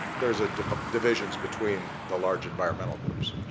there's ah divisions between the large environmental groups.